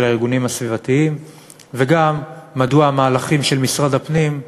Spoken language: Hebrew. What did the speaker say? הארגונים הסביבתיים וגם מדוע המהלכים של משרד הפנים,